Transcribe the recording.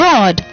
God